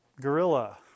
gorilla